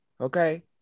Okay